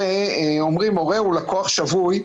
אומרים שהורה הוא לקוח שבוי.